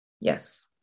Yes